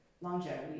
longevity